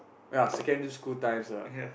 ya secondary school times ah